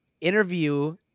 interview